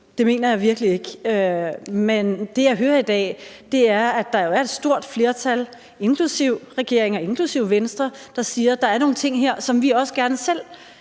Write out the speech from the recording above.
Det mener jeg virkelig ikke. Men det, jeg hører i dag, er, at der er et stort flertal, inklusive regeringen og inklusive Venstre, der siger, at der er nogle ting her, som de også gerne selv